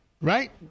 right